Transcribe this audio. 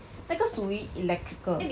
那个属于 electrical